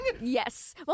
Yes